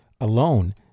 alone